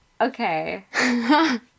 okay